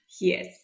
Yes